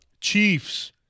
Chiefs